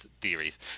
theories